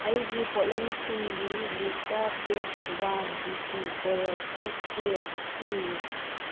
ꯑꯩꯒꯤ ꯄꯣꯠꯂꯝꯁꯤꯡꯒꯤ list pack one D P coral snake tray ꯍꯥꯞꯆꯤꯜꯂꯨ